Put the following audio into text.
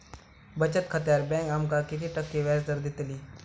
बचत खात्यार बँक आमका किती टक्के व्याजदर देतली?